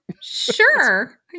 Sure